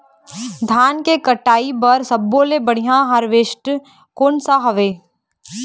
धान के कटाई बर सब्बो ले बढ़िया हारवेस्ट कोन सा हवए?